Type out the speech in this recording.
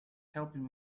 helping